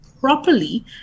properly